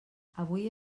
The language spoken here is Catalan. avui